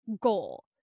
goal